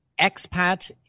Expat